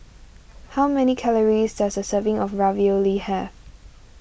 how many calories does a serving of Ravioli have